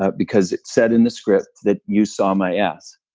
ah because it said in the script that you saw my ass.